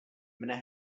mne